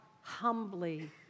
humbly